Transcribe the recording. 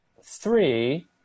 three